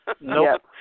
Nope